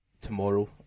tomorrow